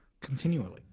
continually